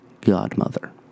godmother